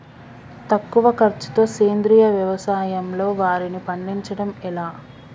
తక్కువ ఖర్చుతో సేంద్రీయ వ్యవసాయంలో వారిని పండించడం ఎలా?